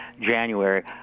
January